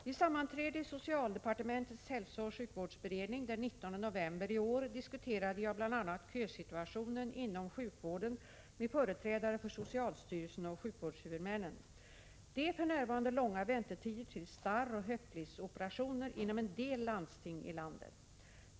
Vid sammanträde i socialdepartementets hälsooch sjukvårdsberedning den 19 november i år diskuterade jag bl.a. kösituationen inom sjukvården med företrädare för socialstyrelsen och sjukvårdshuvudmännen. Det är för närvarande långa väntetider till starroch höftledsoperationer inom en del landsting i landet.